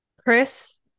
Chris